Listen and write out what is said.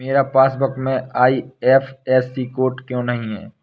मेरे पासबुक में IFSC code क्यो नहीं है?